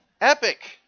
Epic